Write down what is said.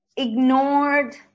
ignored